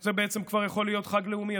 זה בעצם כבר יכול להיות חג לאומי,